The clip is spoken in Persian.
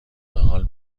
پرتقال